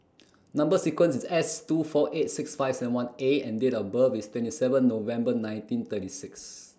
Number sequence IS S two four eight six five seven one A and Date of birth IS twenty seven November nineteen thirty six